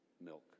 milk